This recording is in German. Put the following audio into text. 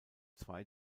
zwei